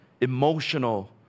emotional